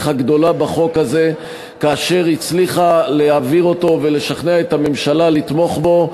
הגדולה בחוק הזה כאשר הצליחה להעביר אותו ולשכנע את הממשלה לתמוך בו.